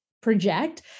project